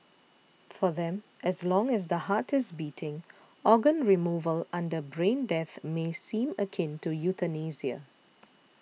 for them as long as the heart is beating organ removal under brain death may seem akin to euthanasia